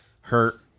hurt